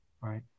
Right